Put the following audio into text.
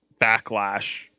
backlash